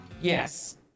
Yes